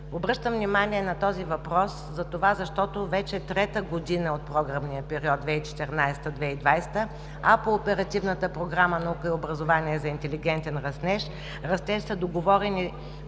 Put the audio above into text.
Обръщам внимание на този въпрос, защото вече е трета година от програмния период 2014-2020, а по Оперативната програма „Наука и образование за интелигентен растеж“ са договорени